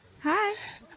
Hi